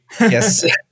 yes